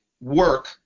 work